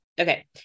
Okay